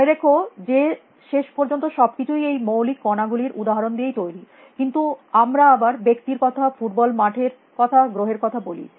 মনে রেখো যে শেষ পর্যন্ত সব কিছুই এই মৌলিক কণা গুলির উদাহরণ দিয়েই তৈরী কিন্তু আমরা আবার ব্যক্তির কথা ফুটবল মাঠের কথা গ্রহের কথা বলি